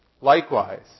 Likewise